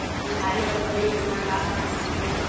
दिखाही बर बने योजना का हर हे?